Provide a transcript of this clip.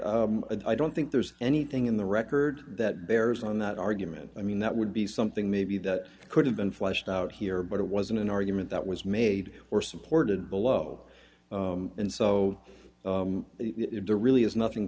yeah i don't think there's anything in the record that bears on that argument i mean that would be something maybe that could have been fleshed out here but it wasn't an argument that was made or supported below and so there really is nothing